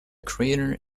crater